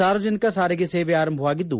ಸಾರ್ವಜನಿಕ ಸಾರಿಗೆ ಸೇವೆ ಆರಂಭವಾಗಿದ್ದು